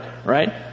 Right